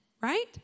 right